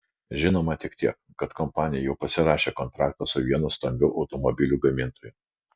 žinoma tik tiek kad kompanija jau pasirašė kontraktą su vienu stambiu automobilių gamintoju